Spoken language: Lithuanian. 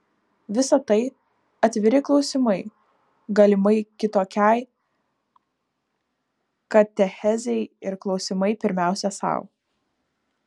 visa tai atviri klausimai galimai kitokiai katechezei ir klausimai pirmiausia sau